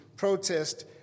protest